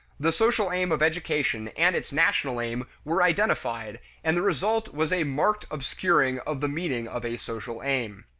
the social aim of education and its national aim were identified, and the result was a marked obscuring of the meaning of a social aim.